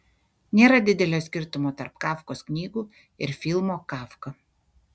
nėra didelio skirtumo tarp kafkos knygų ir filmo kafka